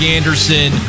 Anderson